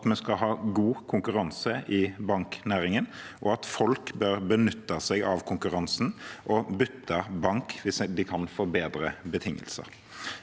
at vi skal ha god konkurranse i banknæringen, og at folk bør benytte seg av konkurransen og bytte bank hvis de kan få bedre betingelser.